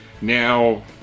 now